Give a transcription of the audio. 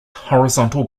horizontal